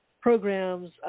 programs